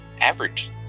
average